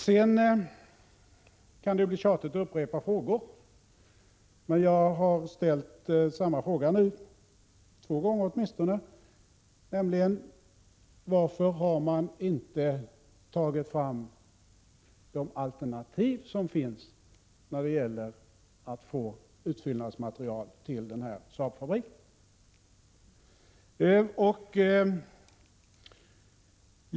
Det kan bli tjatigt att upprepa frågor, och jag har nu åtminstone två gånger ställt samma fråga, nämligen varför man inte har tagit fasta på de alternativ som finns när det gäller att få utfyllnadsmaterial till Saab-fabriken.